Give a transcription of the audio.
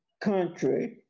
country